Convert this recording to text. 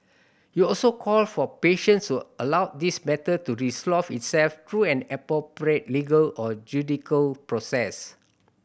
he also called for patience to allow this matter to resolve itself through an appropriate legal or judicial process